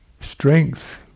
strength